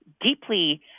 deeply